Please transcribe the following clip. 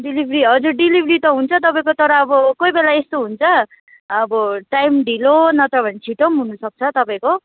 delivery हजुर delivery त हुन्छ तपाईँको तर अब कोही बेला यस्तो हुन्छ अब टाइम ढिलो नत्र भने छिटो पनि हुनसक्छ तपाईँको